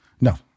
No